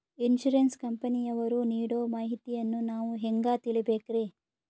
Insurance ಕಂಪನಿಯವರು ನೀಡೋ ಮಾಹಿತಿಯನ್ನು ನಾವು ಹೆಂಗಾ ತಿಳಿಬೇಕ್ರಿ?